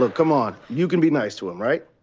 ah come on. you can be nice to him, right?